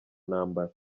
ntambara